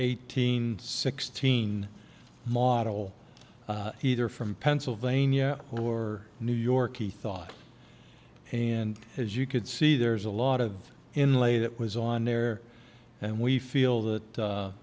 eighteen sixteen model he either from pennsylvania or new york he thought and as you could see there's a lot of inlay that was on there and we feel that